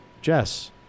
Jess